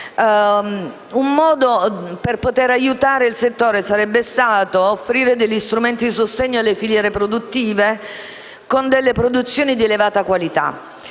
Un modo per poter aiutare il settore sarebbe stato offrire strumenti di sostegno alle filiere produttive con produzioni di elevata qualità